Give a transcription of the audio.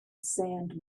sand